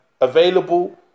available